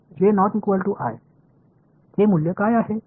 हे मूल्य काय आहे